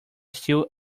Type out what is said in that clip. still